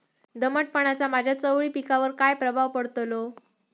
दमटपणाचा माझ्या चवळी पिकावर काय प्रभाव पडतलो?